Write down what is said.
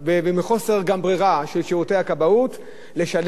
לשלם אגרות, שיכולות להגיע לאלפי שקלים.